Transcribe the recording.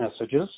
messages